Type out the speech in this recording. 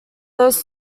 those